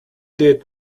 did